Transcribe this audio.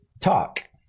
talk